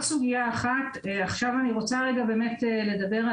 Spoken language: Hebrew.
לדבר על